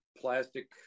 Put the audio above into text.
plastic